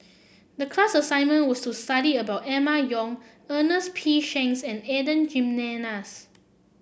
the class assignment was to study about Emma Yong Ernest P Shanks and Adan Jimenez